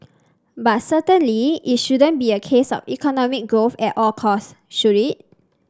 but certainly it shouldn't be a case of economic growth at all costs should it